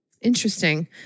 Interesting